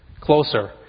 closer